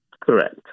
Correct